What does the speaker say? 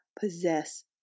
possess